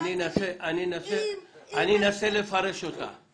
אני אנסה לפרש אותך.